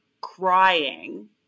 crying